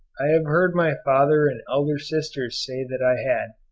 i have heard my father and elder sister say that i had,